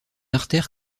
artère